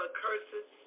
curses